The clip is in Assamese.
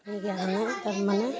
সেইকাৰণে তাৰমানে